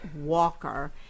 Walker